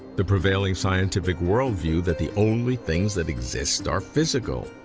the prevailing scientific world view that the only things that exist are physical.